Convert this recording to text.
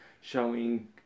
showing